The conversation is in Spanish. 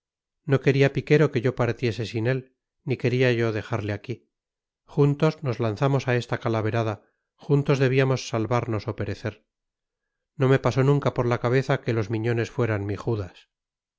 no quería piquero que yo partiese sin él ni quería yo dejarle aquí juntos nos lanzamos a esta calaverada juntos debíamos salvarnos o perecer no me pasó nunca por la cabeza que los miñones fueran mi judas